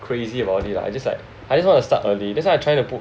crazy about it lah just like I just wanna start early that's why I trying to put